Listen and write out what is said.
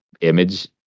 image